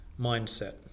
Mindset